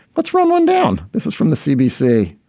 let's run one down. this is from the cbc.